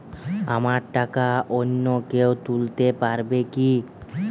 আমার টাকা অন্য কেউ তুলতে পারবে কি?